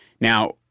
Now